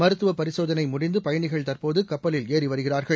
மருத்துவப் பரிசோதனை முடிந்து பயணிகள் தற்போது கப்பலில் ஏறி வருகிறார்கள்